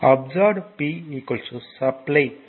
absorb P supply P